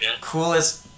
coolest